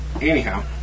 anyhow